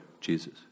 Jesus